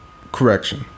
correction